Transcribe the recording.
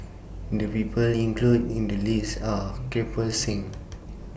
The People included in The list Are Kirpal Singh